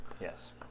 yes